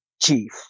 chief